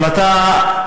אבל אתה,